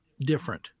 different